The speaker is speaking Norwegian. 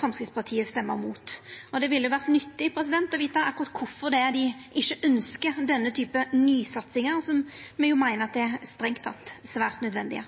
Framstegspartiet røysta imot. Det ville vore nyttig å vita kvifor dei ikkje ønskjer denne typen nysatsingar, som me sant å seia meiner er svært nødvendige.